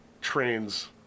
Trains